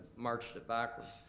marched it backwards,